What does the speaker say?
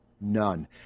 None